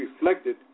reflected